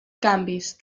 canvis